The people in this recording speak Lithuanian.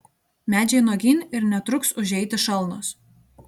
medžiai nuogyn ir netruks užeiti šalnos